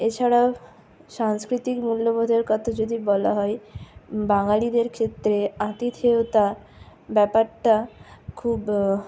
এছাড়াও সাংস্কৃতিক মূল্যবোধের কথা যদি বলা হয় বাঙালিদের ক্ষেত্রে আতিথেয়তা ব্যাপারটা খুব